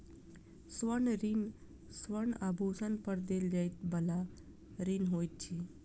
स्वर्ण ऋण स्वर्ण आभूषण पर देल जाइ बला ऋण होइत अछि